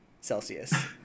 Celsius